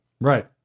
Right